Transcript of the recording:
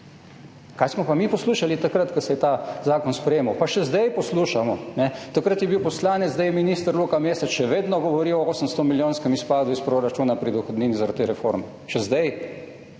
Kaj smo pa mi poslušali, takrat ko se je ta zakon sprejemal? Pa še zdaj poslušamo. Takrat je bil poslanec, zdaj je minister, Luka Mesec še vedno govori o 800-milijonskem izpadu iz proračuna pri dohodnini zaradi te reforme. Še zdaj!